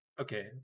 Okay